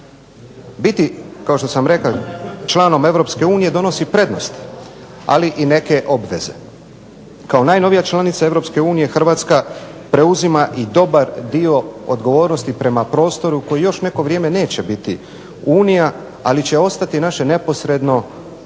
Biti kao što sam rekao članom Europske unije donosi prednosti, ali i neke obveze. Kao najnovija članica Europske unije Hrvatska preuzima i dobar dio odgovornosti prema prostoru koji još neko vrijeme neće biti Unija, ali će ostati naše neposredno